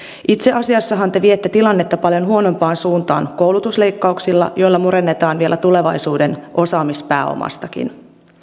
itse asiassahan te viette tilannetta paljon huonompaan suuntaan koulutusleikkauksilla joilla murennetaan vielä tulevaisuuden osaamispääomastakin